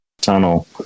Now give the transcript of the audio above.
tunnel